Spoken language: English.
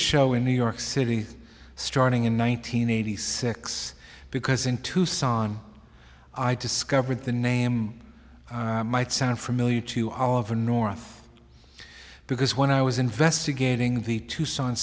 show in new york city starting in one nine hundred eighty six because in tucson i discovered the name might sound familiar to oliver north because when i was investigating the tucson